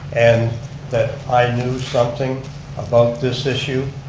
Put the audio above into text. and that i knew something about this issue.